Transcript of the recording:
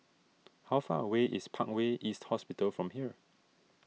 how far away is Parkway East Hospital from here